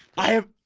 i have